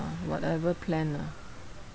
whatever plan ah